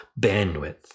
bandwidth